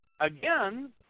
again